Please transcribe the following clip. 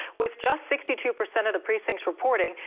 with just sixty two percent of the precincts reporting,